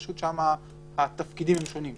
פשוט שם התפקידים הם שונים,